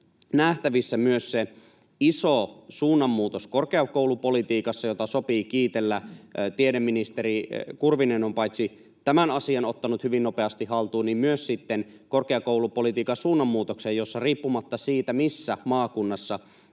nähtävissä myös se iso suunnanmuutos korkeakoulupolitiikassa, jota sopii kiitellä. Tiedeministeri Kurvinen on ottanut paitsi tämän asian hyvin nopeasti haltuun myös sitten korkeakoulupolitiikan suunnanmuutoksen, jossa riippumatta siitä, missä maakunnassa